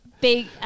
big